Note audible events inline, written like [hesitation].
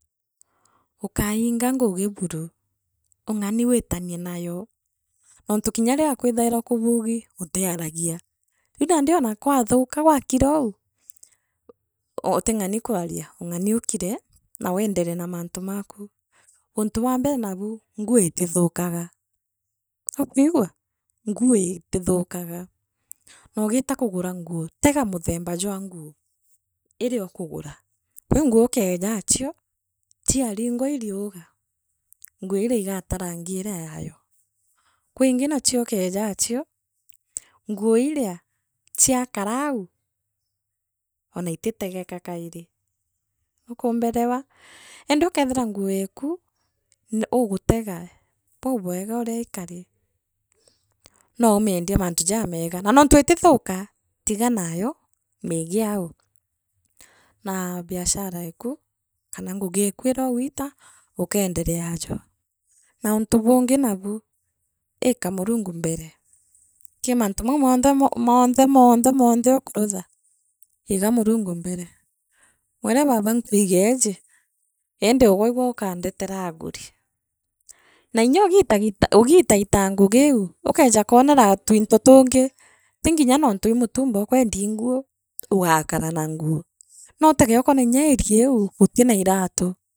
Ukainga ngugi buru, ung’ani wiitanie nayo, ontu kinya riria kwithaira kubugi utiaragia ria, kuna ndioona kwathuuka wakiraou, u uting’ani kwaria ungani ukire na weenderee na maantu maaku, untu wa mbere nabu nguu itithukaga. Nuukwigua [hesitation] nguu itithukaga noogita kagara nguu teega muthemba jwa nguu iria kwi nguu, ne ukeeja achio chianriwa ii riuga nguu iria igaata rang iria yaayo kwi ingi naachio riuga achip nguu igaato chiakara au ona ititegeka kairi, nukumberewa, indi ukeethirwa ngu eeku nne ugutega buubwega uria ikari, noomiendie mantu jameega na nontu itithuuka tiganayo miige au naa biashara eeka kana ngugi eku iria ugwita ukeenderea ajo na untu bungi nabu iika murungu mbele kiima ntumu montomo, [hesitation] montho montho montho okurutha, iga murungu mbere, mwire Baaba [noise] nkwigeji. indi ugwe igwe ukandetera aanguri na inya ugiitagi ugiitaitaa ngugi iu ukeeja kwonera twinto tungi ntinginya nontu ii matumba ukwendia ii nguo ugakara na nguu ugakara na nguu noutege ukoona inya area iu gutina iratu.